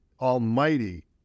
Almighty